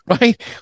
right